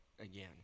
again